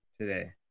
today